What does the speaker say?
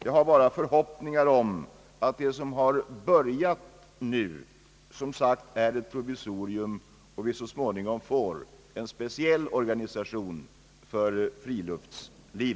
Jag hyser dock en förhoppning om att det, som nu har börjat, bara är ett provisorium och att vi så småningom får en speciell organisation för friluftslivet.